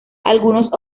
algunos